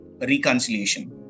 reconciliation